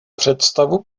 představu